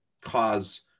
cause